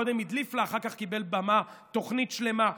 קודם הדליף לה, אחר כך קיבל במה, תוכנית שלמה.